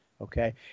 Okay